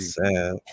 sad